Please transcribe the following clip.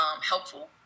helpful